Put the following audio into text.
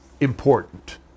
important